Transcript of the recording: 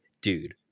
dude